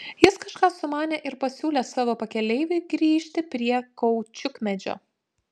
jis kažką sumanė ir pasiūlė savo pakeleiviui grįžti prie kaučiukmedžio